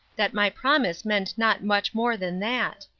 that my promise meant not much more than that.